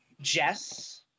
Jess